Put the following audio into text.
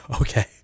Okay